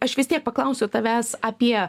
aš vis tiek paklausiu tavęs apie